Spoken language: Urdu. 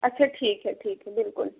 اچھا ٹھیک ہے ٹھیک ہے بالکل